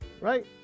right